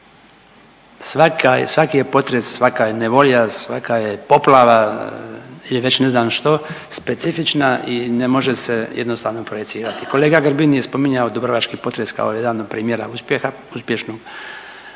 Svaki je potres, svaka je nevolja, svaka je poplava ili već ne znam što specifična i ne može se jednostavno projicirati. Kolega Grbin je spominjao dubrovački potres kao jedan od primjera uspjeha,